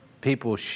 people